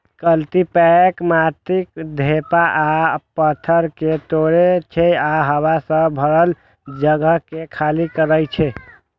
cultipacker माटिक ढेपा आ पाथर कें तोड़ै छै आ हवा सं भरल जगह कें खाली करै छै